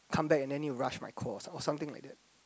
come back and then need to rush my core or something like that